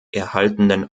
erhaltenen